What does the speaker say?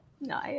No